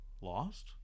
lost